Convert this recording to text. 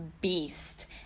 beast